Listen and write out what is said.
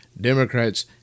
Democrats